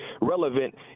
relevant